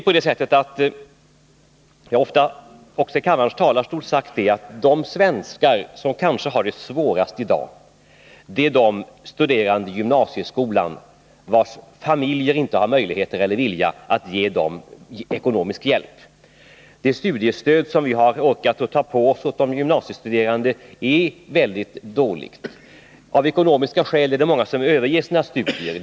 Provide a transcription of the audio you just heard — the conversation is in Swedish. Jag har ofta, också i kammarens talarstol, sagt att de svenskar som i dag kanske har det svårast är de studerande i gymnasieskolan vilkas familjer inte har möjligheter eller vilja att ge ekonomisk hjälp. Det studiestöd för gymnasiestuderande som vi har orkat ta på oss är mycket dåligt. Det är många som överger sina studier av ekonomiska skäl.